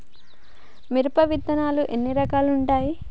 మిరప విత్తనాలు ఎన్ని రకాలు ఉంటాయి?